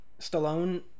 stallone